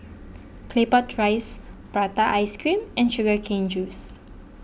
Claypot Rice Prata Ice Cream and Sugar Cane Juice